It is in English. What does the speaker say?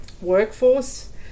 workforce